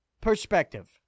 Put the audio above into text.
perspective